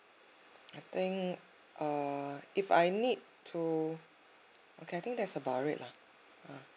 I think err if I need to okay I think that's about it lah ya